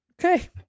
okay